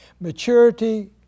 maturity